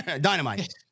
Dynamite